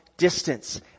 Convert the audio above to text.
distance